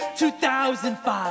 2005